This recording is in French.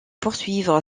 poursuivre